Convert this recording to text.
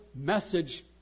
message